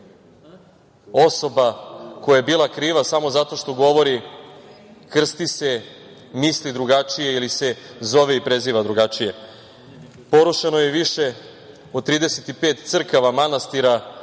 osoba koja je bila kriva samo zato što govori, krsti se, misli drugačije ili se zove i preziva drugačije. Porušeno je više od 35 crkava, manastira,